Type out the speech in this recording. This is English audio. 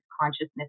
consciousness